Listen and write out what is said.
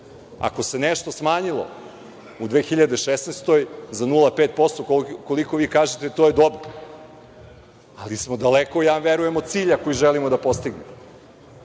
se nešto smanjilo u 2016. godini za 0,5%, koliko vi kažete, to je dobro, ali smo daleko, ja verujem, od cilja koji želimo da postignemo.